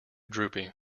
droopy